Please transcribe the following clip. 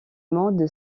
monde